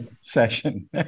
session